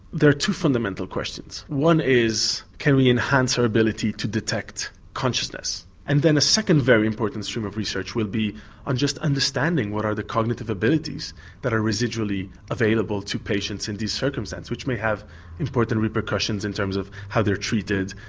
there are two fundamental questions one is can we enhance our ability to detect consciousness. and then a second very important stream of research will be on just understanding what are the cognitive abilities that are residually available to patients in these circumstances, which may have important repercussions in terms of how they're treated,